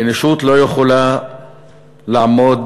האנושות לא יכולה לעמוד